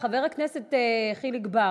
חבר הכנסת חיליק בר,